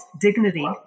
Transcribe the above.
dignity